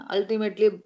Ultimately